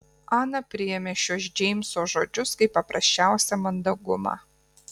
ana priėmė šiuos džeimso žodžius kaip paprasčiausią mandagumą